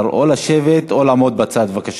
1835, 1887, 1905, 1906, 1911, 1913 ו-1914 בנושא: